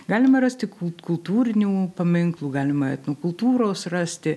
galima rasti kul kultūrinių paminklų galima etnokultūros rasti